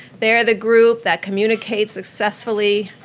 they are the group that communicates successfully,